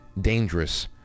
dangerous